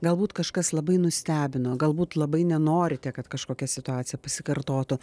galbūt kažkas labai nustebino galbūt labai nenorite kad kažkokia situacija pasikartotų